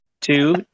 Two